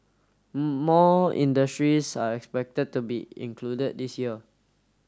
more industries are expected to be included this year